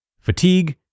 fatigue